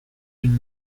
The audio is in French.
une